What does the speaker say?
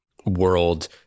world